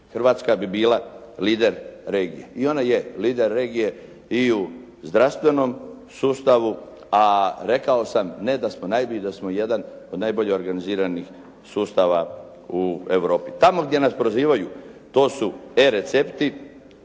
Hrvatska bi bila lider regije i ona je lider regije i u zdravstvenom sustavu, a rekao sam ne da smo najbolji da smo jedan od najbolje organiziranih sustava u Europi. Tamo gdje nas prozivaju, to su recepti.